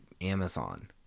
Amazon